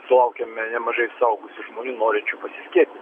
sulaukiame nemažai suaugusių žmonių norinčių pasiskiepyt